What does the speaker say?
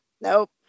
Nope